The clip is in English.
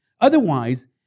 Otherwise